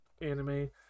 anime